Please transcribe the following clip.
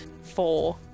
Four